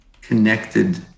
connected